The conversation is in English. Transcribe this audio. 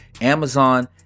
Amazon